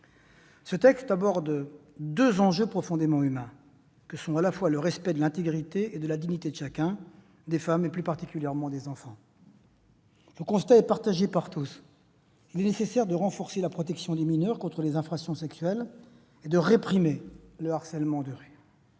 de loi aborde un enjeu profondément humain : le respect de l'intégrité et de la dignité de chacun, des femmes et plus particulièrement des enfants. Le constat est partagé par tous : il est nécessaire de renforcer la protection des mineurs contre les infractions sexuelles et de réprimer le harcèlement de rue.